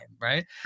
Right